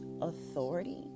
authority